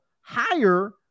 higher